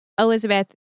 Elizabeth